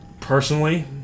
Personally